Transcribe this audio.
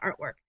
artwork